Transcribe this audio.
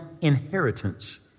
inheritance